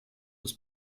das